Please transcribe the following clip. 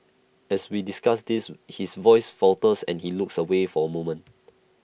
as we discuss this his voice falters and he looks away for A moment